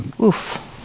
Oof